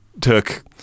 took